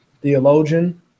theologian